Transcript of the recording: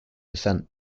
descent